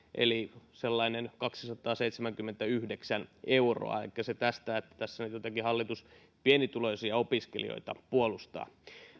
eli sellaiset kaksisataaseitsemänkymmentäyhdeksän euroa elikkä se tästä että tässä nyt jotenkin hallitus pienituloisia opiskelijoita puolustaa